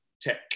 Tech